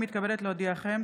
הינני מתכבדת להודיעכם,